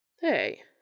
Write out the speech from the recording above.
Hey